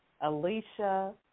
Alicia